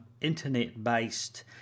internet-based